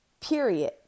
Period